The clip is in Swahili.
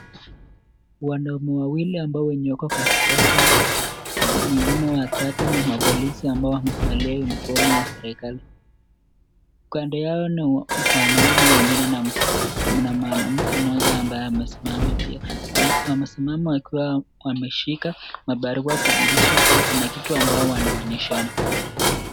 Wanaume wawili ambao wenye wako katikati na mwingine wa tatu ni mapolisi ambao wamevalia [uniform] ya serikali. Kando yao ni wanaume wengine na mwanamke mmoja ambaye amesimama pia. Amesimama wakiwa wameshika mabarua kudhihirisha kua kuna kitu ambao wanaonyeshana.